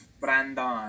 Brandon